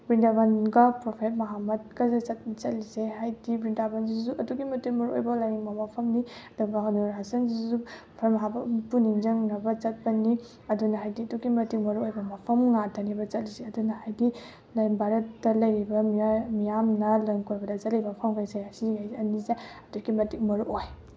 ꯕ꯭ꯔꯤꯟꯗꯥꯕꯟꯒ prophet ꯃꯍꯃꯠꯀꯁꯦ ꯆꯠꯂꯤꯁꯦ ꯍꯥꯏꯗꯤ ꯕ꯭ꯔꯤꯟꯗꯥꯕꯟꯁꯤꯁꯨ ꯑꯗꯨꯛꯀꯤ ꯃꯇꯤꯛ ꯃꯔꯨꯑꯣꯏꯕ ꯂꯥꯏꯅꯤꯡꯕ ꯃꯐꯝꯅꯤ ꯑꯗꯨꯒ ꯅꯨꯔꯍꯥꯁꯟꯁꯤꯁꯨ ꯄ꯭ꯔꯣꯐꯦꯠ ꯃꯍꯃꯠꯄꯨ ꯅꯤꯡꯁꯤꯡꯅꯕ ꯆꯠꯄꯅꯤ ꯑꯗꯨꯅ ꯍꯥꯏꯕꯗꯤ ꯑꯗꯨꯛꯀꯤ ꯃꯇꯤꯛ ꯃꯔꯨꯑꯣꯏꯕ ꯃꯐꯝ ꯉꯥꯛꯇꯅꯦꯕ ꯆꯠꯂꯤꯁꯦ ꯑꯗꯨꯅ ꯍꯥꯏꯗꯤ ꯚꯥꯔꯠꯇ ꯂꯩꯔꯤꯕ ꯃꯤꯌꯥꯝꯅ ꯂꯝꯀꯣꯏꯕꯗ ꯆꯠꯂꯤꯕ ꯃꯐꯝꯈꯩꯁꯦ ꯁꯤꯈꯩꯁꯦ ꯑꯅꯤꯁꯦ ꯑꯗꯨꯛꯀꯤ ꯃꯇꯤꯛ ꯃꯔꯨꯑꯣꯏ